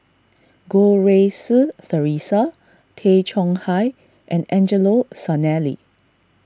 Goh Rui Si theresa Tay Chong Hai and Angelo Sanelli